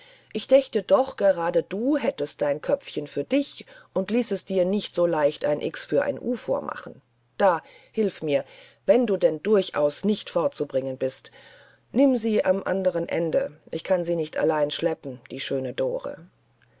ich dächte doch gerade du hättest dein köpfchen für dich und ließest dir nicht so leicht ein x für ein u vormachen da hilf mir wenn du denn durchaus nicht fortzubringen bist nimm sie am anderen ende ich kann sie nicht allein schleppen die schöne dore